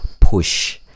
push